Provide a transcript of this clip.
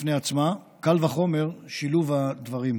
בפני עצמה, קל וחומר שילוב הדברים.